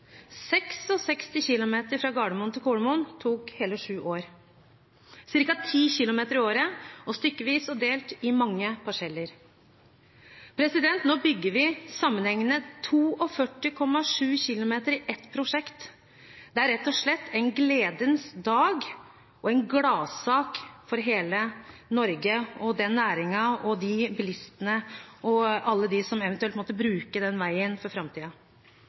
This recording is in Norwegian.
66 km fra Gardermoen til Kolomoen tok hele sju år, ca. 10 km i året stykkevis og delt – i mange parseller. Nå bygger vi sammenhengende 42,7 km i ett prosjekt. Det er rett og slett en gledens dag og en gladsak for hele Norge og den næringen og de bilistene – alle – som eventuelt måtte bruke den veien